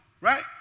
right